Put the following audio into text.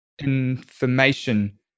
information